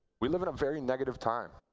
we live in a very negative time.